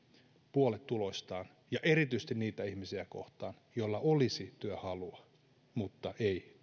puolet tuloistaan ja erityisesti niitä ihmisiä kohtaan joilla olisi työhalua mutta ei työkykyä